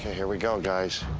here we go, guys.